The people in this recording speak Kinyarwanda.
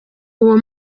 uwo